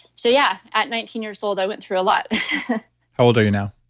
so yeah, at nineteen years old, i went through a lot how old are you now?